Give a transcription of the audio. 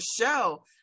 show